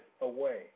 away